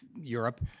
Europe